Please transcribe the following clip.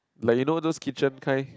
like you know those kitchen kind